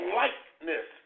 likeness